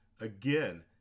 Again